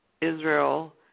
Israel